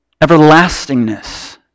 everlastingness